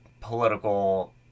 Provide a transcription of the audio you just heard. political